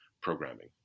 programming